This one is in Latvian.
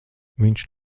viņš